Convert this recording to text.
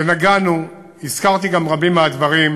ונגענו, הזכרתי גם רבים מהדברים,